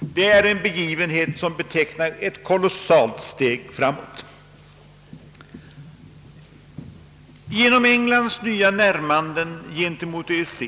Det är en begivenhet som betecknar ett kolossalt steg framåt. Genom Englands nya närmanden till EEC